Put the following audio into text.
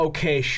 Okay